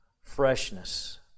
freshness